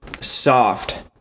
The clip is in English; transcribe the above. Soft